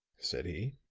said he.